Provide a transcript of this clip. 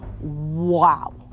Wow